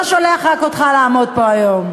ולא שולח רק אותך לעמוד פה היום.